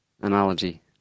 analogy